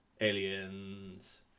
Aliens